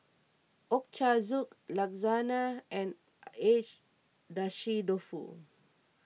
Ochazuke Lasagna and Agedashi Dofu